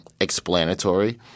explanatory